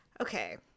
Okay